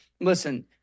Listen